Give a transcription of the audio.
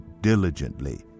diligently